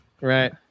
Right